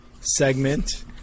segment